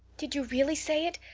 did you really say it?